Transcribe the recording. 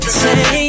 say